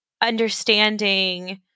understanding